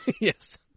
Yes